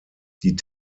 die